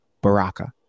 Baraka